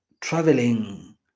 traveling